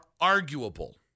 arguable